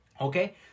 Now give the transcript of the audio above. Okay